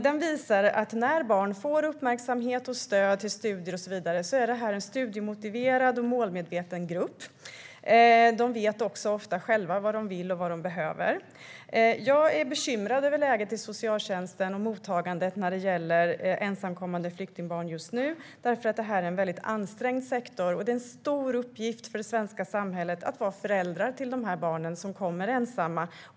Den visar att när barnen får uppmärksamhet och stöd till studier blir de en studiemotiverad och målmedveten grupp. De vet ofta själva vad de vill och behöver. Jag är bekymrad över läget i socialtjänsten och mottagandet när det gäller ensamkommande flyktingbarn just nu eftersom det är en ansträngd sektor. Det är en stor uppgift för det svenska samhället att vara föräldrar till dessa barn som kommer ensamma.